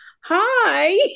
Hi